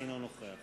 אינו נוכח